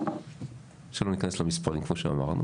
שלא ניכנס למספרים כמו שאמרנו